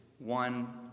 one